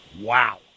Wow